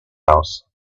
house